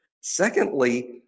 Secondly